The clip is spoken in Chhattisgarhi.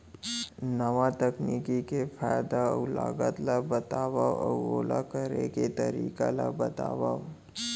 नवा तकनीक के फायदा अऊ लागत ला बतावव अऊ ओला करे के तरीका ला बतावव?